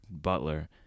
Butler